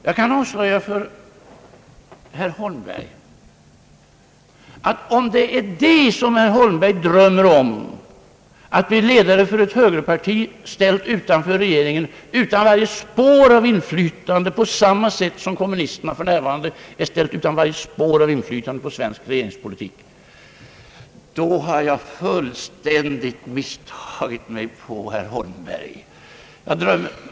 Jag kan avslöja för herr Holmberg att om det är det som herr Holmberg drömmer om — att bli ledare för ett högerparti, ställt utanför regeringen, utan varje spår av inflytande, på samma sätt som kommunisterna för närvarande är ställda utan varje spår av inflytande på svensk regeringspolitik — då har jag fullständigt misstagit mig på herr Holmberg.